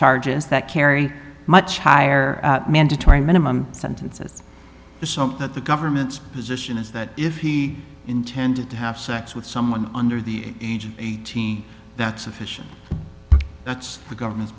charges that carry much higher right minimum sentences the so that the government's position is that if he intended to have sex with someone under the age of eighteen that's sufficient that's the government's